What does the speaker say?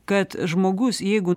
kad žmogus jeigu